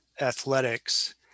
athletics